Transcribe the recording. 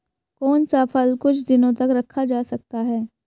कौन सा फल कुछ दिनों तक रखा जा सकता है?